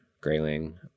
grayling